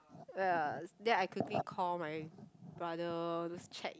ya then I quickly call my brother to check